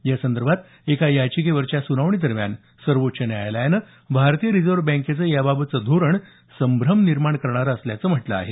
या सदंर्भात एका याचिकेवरच्या सुनावणीदरम्यान सर्वोच्च न्यायालयानं भारतीय रिजव्ह बँकेचं याबाबतचं धोरण संभ्रम निर्माण करणारं असल्याचं म्हटलं आहे